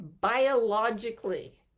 biologically